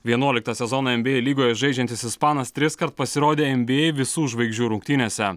vienuoliktą sezoną en by ei lygoje žaidžiantis ispanas triskart pasirodė en by ei visų žvaigždžių rungtynėse